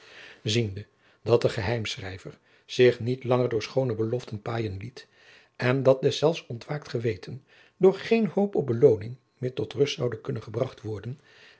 ziende dat de geheimschrijver zich niet langer door schoone beloften paaien liet en dat deszelfs ontwaakt geweten door geen hoop op belooning meer tot rust zoude kunnen gebracht worden